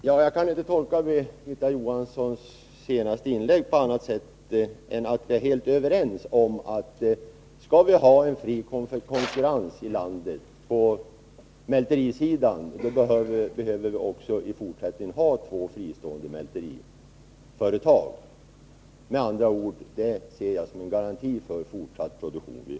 Herr talman! Birgitta Johanssons senaste inlägg bekräftar att vi är helt överens om att skall vi ha en fri konkurrens i landet på mälterisidan, behöver vi också i fortsättningen ha två fristående mälteriföretag. Jag ser detta med andra ord som en garanti för fortsatt produktion vid Nord-Malt.